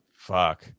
fuck